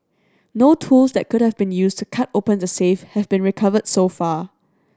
no tools that could have been used to cut open the safe have been recovered so far